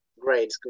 Great